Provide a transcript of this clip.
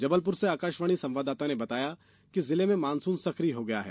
जबलपुर से आकाशवाणी संवाददाता ने बताया कि जिले में मॉनसुन सकिय हो गया है